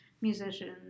musicians